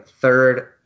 third